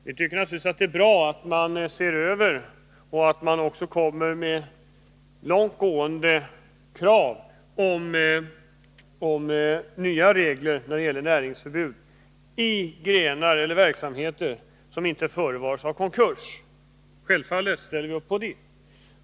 Vi tycker naturligtvis att det är bra att man ser över lagstiftningen och kommer med långtgående krav på nya regler när det gäller näringsförbud i verksamheter där det inte förekommit konkurs. Självfallet ställer vi upp på det.